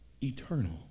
Eternal